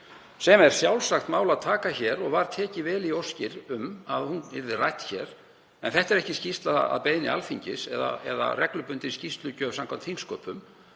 Það er sjálfsagt mál að taka hana til umræðu og var tekið vel í óskir um að hún yrði rædd hér. En þetta er ekki skýrsla að beiðni Alþingis eða reglubundin skýrslugjöf samkvæmt þingsköpum.